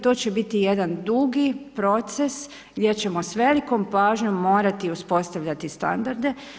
To će biti jedan dugi proces gdje ćemo s velikom pažnjom morati uspostavljati standarde.